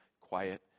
quiet